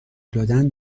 دادن